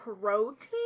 protein